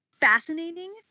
fascinating